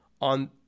on